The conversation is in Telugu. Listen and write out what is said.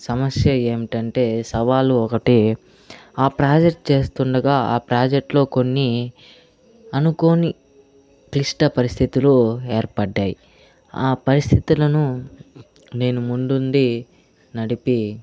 సమస్య ఏమిటంటే సవాలు ఒకటి ఆ ప్రాజెక్ట్ చేస్తుండగా ఆ ప్రాజెక్ట్లో కొన్ని అనుకోని క్లిష్ట పరిస్థితులు ఏర్పడ్డాయి ఆ పరిస్థితులను నేను ముందుండి నడిపి